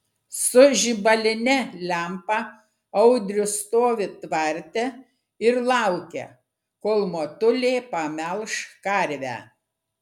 su žibaline lempa audrius stovi tvarte ir laukia kol motulė pamelš karvę